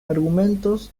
argumentos